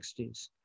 60s